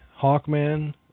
Hawkman